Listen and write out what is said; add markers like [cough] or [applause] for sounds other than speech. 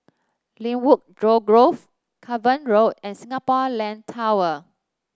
Lynwood [unintelligible] Grove Cavan Road and Singapore Land Tower